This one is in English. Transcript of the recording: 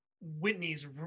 whitney's